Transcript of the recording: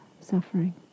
suffering